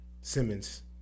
Simmons